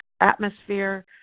atmosphere